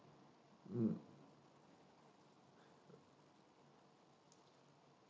mm